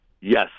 Yes